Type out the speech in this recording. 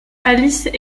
alice